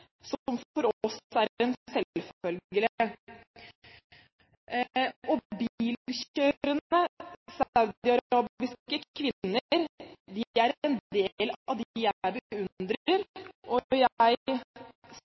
for oss er en selvfølge. Bilkjørende saudiarabiske kvinner er en del av dem jeg